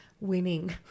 winning